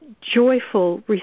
joyful